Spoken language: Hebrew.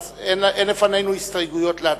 מאחר שאין לפנינו הסתייגויות להצבעה.